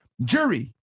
jury